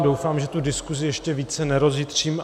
Doufám, že tu diskuzi ještě více nerozjitřím.